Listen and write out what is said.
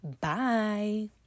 Bye